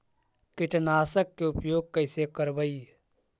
कीटनाशक के उपयोग कैसे करबइ?